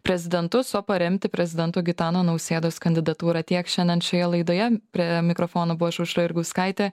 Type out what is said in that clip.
prezidentus o paremti prezidento gitano nausėdos kandidatūrą tiek šiandien šioje laidoje prie mikrofono buvau aš aušra jurgauskaitė